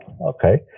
Okay